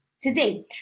Today